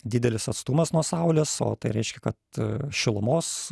didelis atstumas nuo saulės o tai reiškia kad šilumos